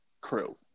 crew